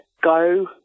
go